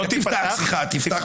תפתח